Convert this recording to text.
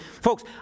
folks